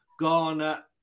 Ghana